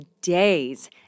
days